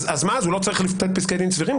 אז מה, הוא לא צריך לתת פסקי דין סבירים?